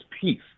peace